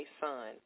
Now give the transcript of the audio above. son